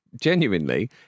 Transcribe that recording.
Genuinely